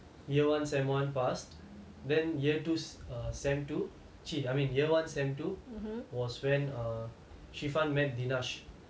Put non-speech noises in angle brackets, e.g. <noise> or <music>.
year one semester one past then year two uh semester two <noise> I mean year one semester two was when err shefun met dinesh